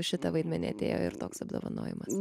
už šitą vaidmenį atėjo ir toks apdovanojimas